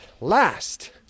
last